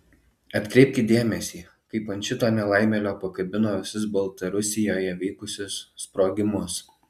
atkreipkit dėmesį kaip ant šito nelaimėlio pakabino visus baltarusijoje vykusius sprogimus